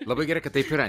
labai gerai kad taip yra